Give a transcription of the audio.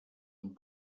amb